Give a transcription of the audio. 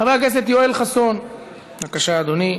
חבר הכנסת יואל חסון, בבקשה, אדוני,